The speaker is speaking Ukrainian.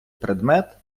предмет